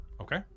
Okay